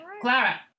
Clara